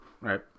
Right